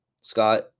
Scott